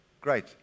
great